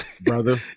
brother